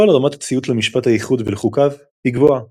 בפועל, רמת הציות למשפט האיחוד ולחוקיו היא גבוהה.